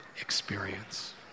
experience